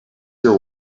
your